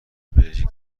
بلژیک